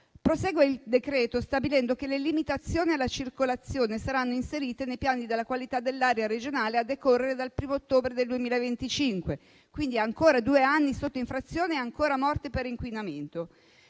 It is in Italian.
prosegue stabilendo che le limitazioni alla circolazione saranno inserite nei piani della qualità dell'aria regionali a decorrere dal 1° ottobre 2025; quindi, ancora due anni sotto infrazione e ancora morti per inquinamento,